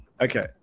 Okay